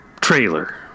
trailer